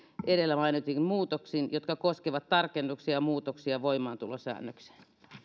edellä mainituin muutoksin jotka koskevat tarkennuksia ja muutoksia voimaantulosäännökseen